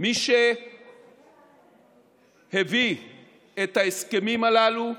מי שהביא את ההסכמים הללו,